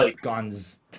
guns